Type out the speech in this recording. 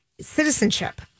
Citizenship